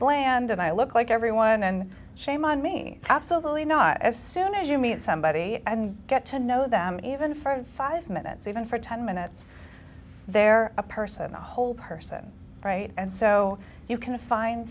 bland and i look like everyone and shame on me absolutely not as soon as you meet somebody and get to know them even for five minutes even for ten minutes they're a person a whole person right and so you can find